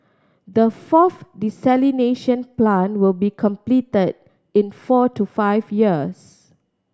the fourth desalination plant will be completed in four to five years